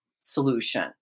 solution